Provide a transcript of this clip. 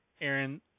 Aaron